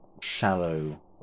shallow